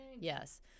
Yes